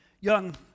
young